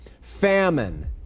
famine